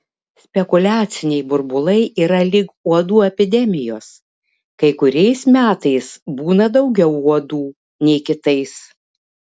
spekuliaciniai burbulai yra lyg uodų epidemijos kai kuriais metais būna daugiau uodų nei kitais